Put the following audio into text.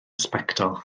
sbectol